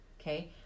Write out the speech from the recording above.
okay